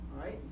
right